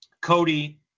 Cody